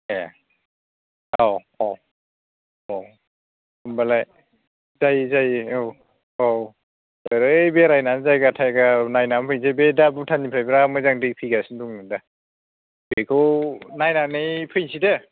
ए औ औ अ होमबालाय जायो जायो औ औ ओरै बेरायनानै जायगा थायगा नायना फैनोसै बे दा भुटाननिफ्राय बेराद मोजां दै फैगासिनो दं दा बेखौ नायनानै फैनोसै दे